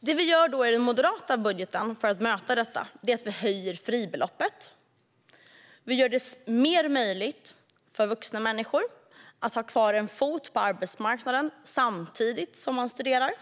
Det vi gör i det moderata budgetalternativet för att möta detta är att höja fribeloppet. Vi ger vuxna människor större möjlighet att ha kvar en fot på arbetsmarknaden samtidigt som de studerar.